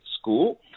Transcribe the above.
school